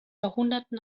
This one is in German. jahrhunderten